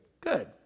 Good